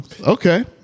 Okay